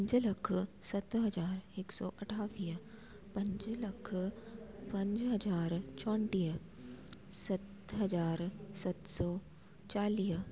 पंज लख सत हज़ार हिक सौ अठावीह पंज लख पंज हज़ार चोटीह सत हज़ार सत सौ चालीह